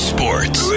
Sports